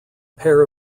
pair